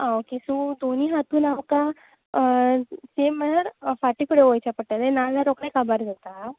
आं okay so दोनूय हातून आमकां सेम म्हळ्यार फाटी फुडें वयचें पडटलें ना जाल्यार रोखडें काबार जाता